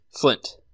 Flint